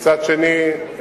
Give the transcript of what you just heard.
ומצד שני,